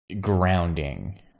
grounding